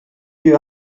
you